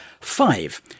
Five